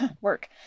work